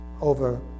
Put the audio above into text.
over